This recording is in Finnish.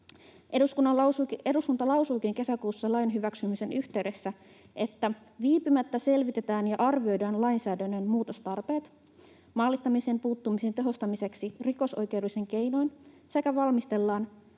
Eduskunta lausuikin kesäkuussa lain hyväksymisen yhteydessä, että viipymättä selvitetään ja arvioidaan lainsäädännön muutostarpeet maalittamiseen puuttumisen tehostamiseksi rikosoikeudellisin keinoin sekä valmistellaan